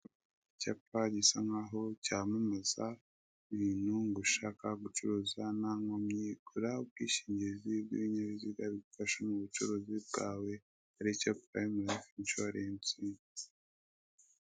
Icyapa gisa nk'aho cyamamaza umuntu ngo ushaka gucuruza ntankomyi gura ubwishingizi bw'ibinyabiziga byawe, bigufasha mubucuruzi bwawe aricyo prime life insurance.